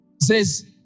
says